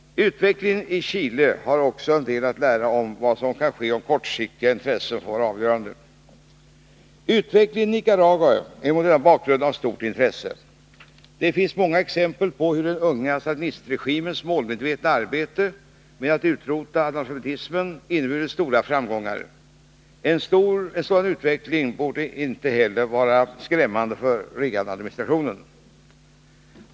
Utvecklingen i Chile har också en del att lära om vad som kan ske om kortsiktiga intressen får vara avgörande. Utvecklingen i Nicaragua är mot denna bakgrund av stort intresse. Det finns många exempel på hur den unga sandinistregimens målmedvetna arbete med att utrota analfabetismen inneburit stora framgångar. En sådan utveckling borde inte heller vara skrämmande för Reaganadministrationen.